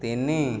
ତିନି